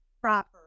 proper